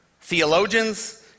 theologians